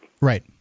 Right